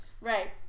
Right